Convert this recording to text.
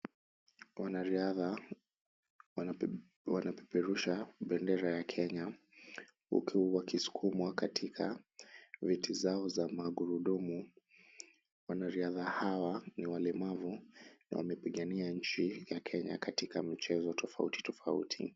Wanariadha wanapeperusha bendera ya Kenya huku wakisukumwa katika viti zao za magurudumu. Wanariadha hawa ni walemavu na wanapigania nchi ya Kenya katika mchezo tofauti tofauti.